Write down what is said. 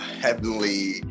heavenly